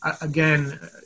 again